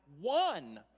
one